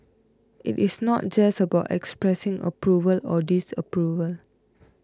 it is not just about expressing approval or disapproval